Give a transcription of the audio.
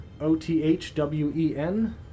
O-T-H-W-E-N